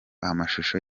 amashusho